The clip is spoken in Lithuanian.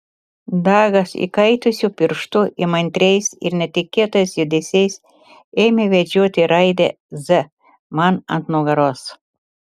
dagas įkaitusiu pirštu įmantriais ir netikėtais judesiais ėmė vedžioti raidę z man ant nugaros